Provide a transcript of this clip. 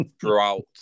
throughout